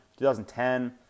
2010